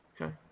Okay